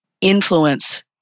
influence